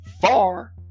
far